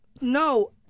No